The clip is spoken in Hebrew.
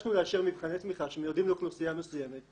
כשהתבקשנו לאשר מבחני תמיכה שמיועדים לאוכלוסייה מסוימת,